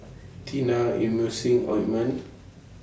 Tena Emulsying Ointment